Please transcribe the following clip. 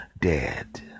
dead